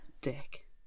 dick